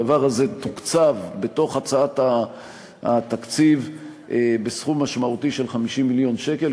הדבר הזה תוקצב בהצעת התקציב בסכום משמעותי של 50 מיליון שקל,